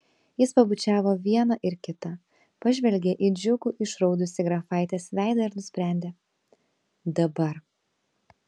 jis pabučiavo vieną ir kitą pažvelgė į džiugų išraudusį grafaitės veidą ir nusprendė dabar